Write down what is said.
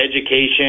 education